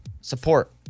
support